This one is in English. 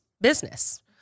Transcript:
business